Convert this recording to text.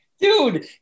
Dude